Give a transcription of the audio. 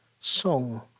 song